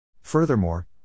Furthermore